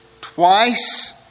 twice